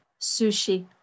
sushi